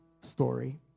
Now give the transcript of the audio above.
story